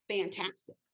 fantastic